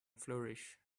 flourish